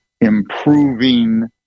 improving